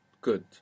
good